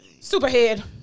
Superhead